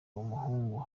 umuhungu